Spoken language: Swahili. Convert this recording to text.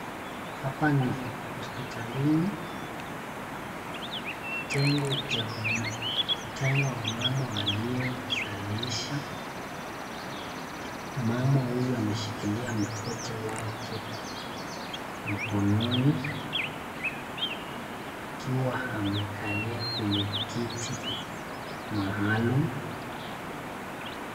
Hapa ni hospitalini, kitengo cha kutenga wamama walio zalisha, mama huyu ameshikilia mtoto wake mkononi, akiwa amekalia kwenye kiti maalum.